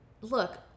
look